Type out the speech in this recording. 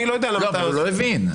אבל הוא לא הבין.